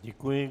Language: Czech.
Děkuji.